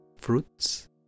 fruits